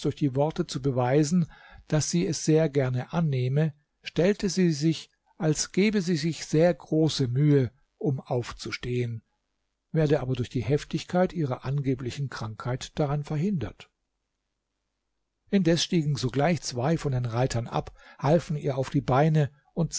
die worte zu beweisen daß sie es sehr gerne annehme stellte sie sich als gebe sie sich sehr große mühe um aufzustehen werde aber durch die heftigkeit ihrer angeblichen krankheit daran verhindert indes stiegen sogleich zwei von den reitern ab halfen ihr auf die beine und